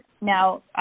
now